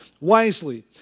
wisely